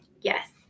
Yes